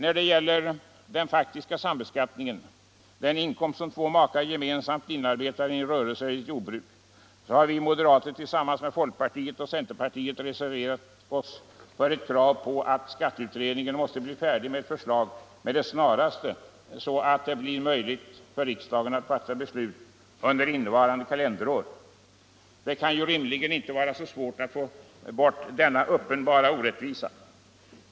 När det gäller den faktiska sambeskattningen, den inkomst som två makar gemensamt inarbetar i en rörelse eller ett jordbruk, har vi moderater tillsammans med folkpartiet och centerpartiet reserverat oss för ett krav på att skatteutredningen måste bli färdig med ett förslag snarast, så att det blir möjligt för riksdagen att fatta beslut under innevarande kalenderår. Det kan rimligen inte vara så svårt att få bort denna uppenbara orättvisa.